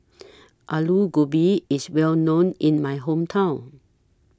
Alu Gobi IS Well known in My Hometown